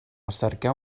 cerqueu